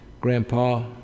Grandpa